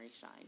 shine